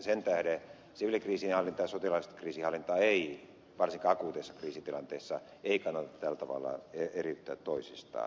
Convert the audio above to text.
sen tähden siviilikriisinhallintaa ja sotilaallista kriisinhallintaa ei varsinkaan akuuteissa kriisitilanteissa kannata tällä tavalla eriyttää toisistaan